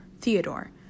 Theodore